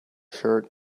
shirt